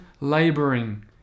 laboring